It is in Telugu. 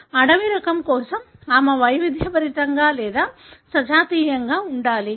అడవి రకం కోసం ఆమె వైవిధ్యభరితంగా లేదా సజాతీయంగా ఉండాలి